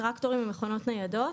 טרקטורים ומכונות ניידות.